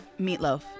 meatloaf